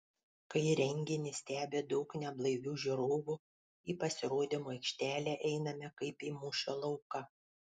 kai renginį stebi daug neblaivių žiūrovų į pasirodymo aikštelę einame kaip į mūšio lauką